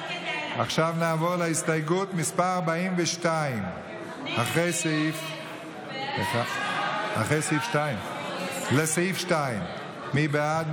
עכשיו נעבור להסתייגות מס' 42, לסעיף 2. מי בעד?